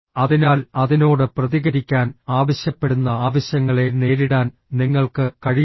അതിനാൽ അതിനോട് പ്രതികരിക്കാൻ ആവശ്യപ്പെടുന്ന ആവശ്യങ്ങളെ നേരിടാൻ നിങ്ങൾക്ക് കഴിയില്ല